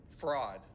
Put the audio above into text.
Fraud